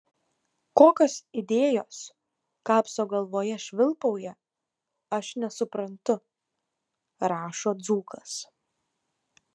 kokios idėjos kapso galvoje švilpauja aš nesuprantu rašo dzūkas